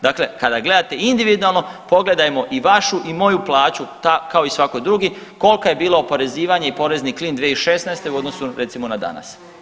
Dakle, kada gledate individualno pogledajmo i vašu i moju plaću kao i svaki drugi koliko je bilo oporezivanje i porezni klin 2016. u odnosu recimo na danas.